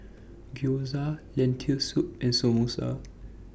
Gyoza Lentil Soup and Samosa